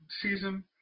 season